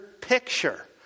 picture